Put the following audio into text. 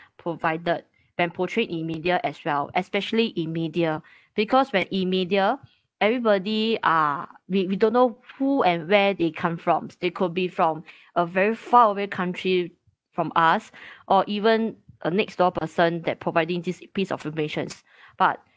provided than portrayed in media as well especially in media because when in media everybody are we we don't know who and where they come froms they could be from a very far away country from us or even a next door person that providing this piece of informations but